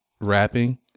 rapping